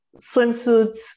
swimsuits